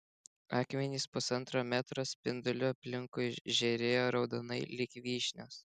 akmenys pusantro metro spinduliu aplinkui žėrėjo raudonai lyg vyšnios